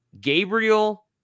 Gabriel